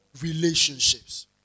relationships